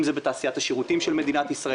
אם זה בתעשיית השירותים של מדינת ישראל.